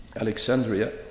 Alexandria